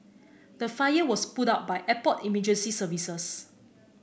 the fire was put out by airport emergency services